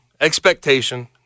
expectation